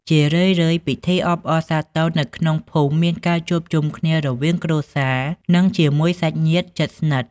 ជារឿយៗ ពិធីអបអរសាទរនៅក្នុងភូមិមានការជួបជុំគ្នារវាងគ្រួសារ និងជាមួយសាច់ញាតិជិតស្និទ្ធ។